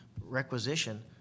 requisition